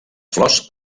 flors